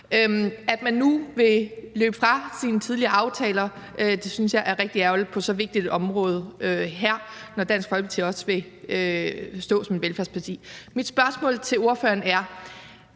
nu vil løbe fra sine tidligere aftaler, synes jeg er rigtig ærgerligt på så vigtigt et område som det her, når man også vil fremstå som et velfærdsparti. Mit spørgsmål til ordføreren er